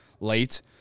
late